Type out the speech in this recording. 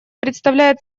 представляет